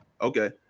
Okay